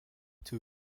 two